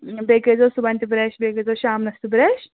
بیٚیہِ کٔرۍزیٚو صُبحَن تہِ بَرش بیٚیہِ کٔرۍزیٚو شامنَس تہِ بَرش